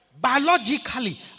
Biologically